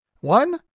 One